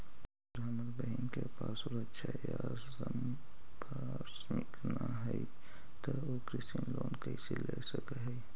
अगर हमर बहिन के पास सुरक्षा या संपार्श्विक ना हई त उ कृषि लोन कईसे ले सक हई?